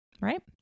right